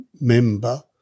member